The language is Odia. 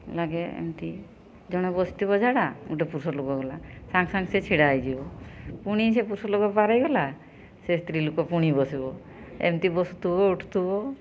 ଲାଗେ ଏମିତି ଜଣେ ବସିଥିବ ଝାଡ଼ା ଗୋଟିଏ ପୁରୁଷ ଲୋକ ଗଲା ସାଙ୍ଗେସାଙ୍ଗେ ସେ ଛିଡ଼ା ହେଇଯିବ ପୁଣି ସେ ପୁରୁଷ ଲୋକ ପାର ହେଇଗଲା ସେ ସ୍ତ୍ରୀ ଲୋକ ପୁଣି ବସିବ ଏମିତି ବସୁଥିବ ଉଠୁଥିବ